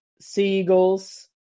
Seagulls